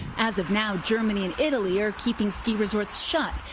as of now, germany and italy are keeping ski resorts shut.